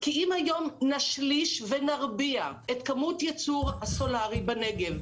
כי אם היום נשליש ונרביע את כמות הייצור הסולארי בנגב,